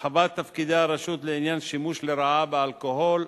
בסמים (הרחבת תפקידי הרשות לעניין שימוש לרעה באלכוהול),